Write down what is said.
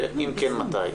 ואם כן, מתי.